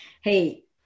hey